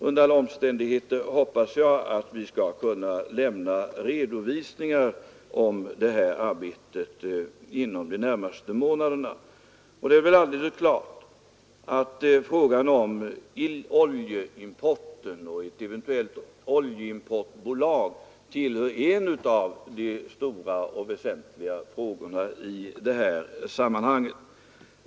Under alla omständigheter hoppas jag att vi skall kunna lämna en redovisning för detta arbete inom de närmaste månaderna. Frågan om oljeimporten och ett eventuellt oljeimportsbolag är en av de stora och väsentliga frågorna i detta sammanhang.